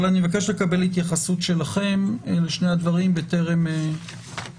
אבל אני מבקש לקבל מכם התייחסות לשני הדברים טרם נקריא.